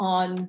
on